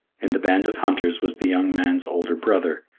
in the band of hunters was the young man's older brother,